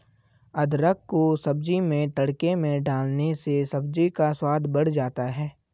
अदरक को सब्जी में तड़के में डालने से सब्जी का स्वाद बढ़ जाता है